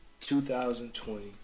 2020